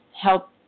help